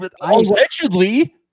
allegedly